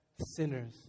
sinners